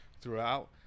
throughout